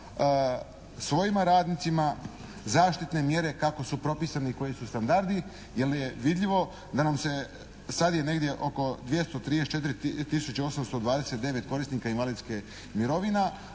svojim radnicima zaštitne mjere kako su propisane i koji su standardi jer je vidljivo da nam se, sada je negdje oko 234 tisuće 829 korisnika invalidskih mirovina.